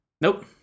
Nope